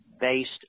based